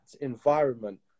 environment